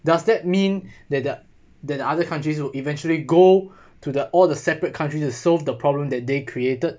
does that mean that that that the other countries will eventually go to the all the separate countries to solve the problem that they created